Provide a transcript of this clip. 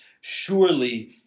Surely